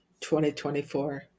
2024